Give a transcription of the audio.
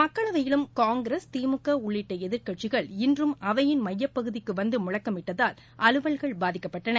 மக்களவையிலும் காங்கிரஸ் திமுக உள்ளிட்ட எதிர்க்கட்சிகள் இன்றும் அவையின் மையப் பகுதிக்கு வந்து முழக்கமிட்டதால் அலுவல்கள் பாதிக்கப்பட்டன